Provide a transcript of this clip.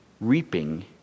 reaping